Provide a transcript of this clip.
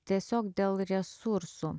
tiesiog dėl resursų